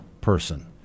person